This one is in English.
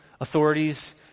authorities